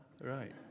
right